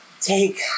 take